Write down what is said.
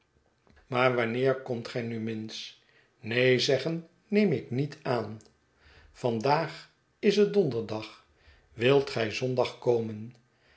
maar wanneer komt gij nu minns neen zeggen neem ik niet aan vandaag is het donderdag wilt gij zondag komen